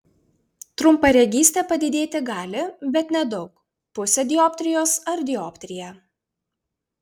trumparegystė padidėti gali bet nedaug pusę dioptrijos ar dioptriją